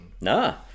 No